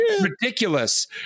ridiculous